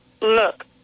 look